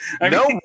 No